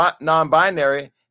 non-binary